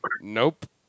Nope